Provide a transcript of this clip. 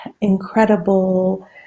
incredible